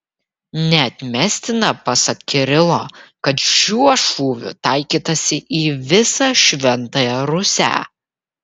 neatmestina pasak kirilo kad šiuo šūviu taikytasi į visą šventąją rusią